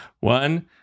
One